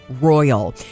Royal